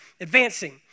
advancing